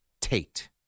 Tate